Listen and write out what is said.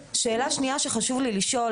חשוב לי לשאול,